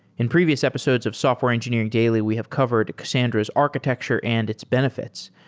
in previous episodes of software engineering daily we have covered cassandra's architecture and its benefits,